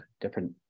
different